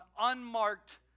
unmarked